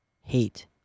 hate